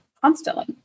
constantly